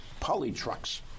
polytrucks